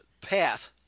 path